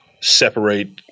separate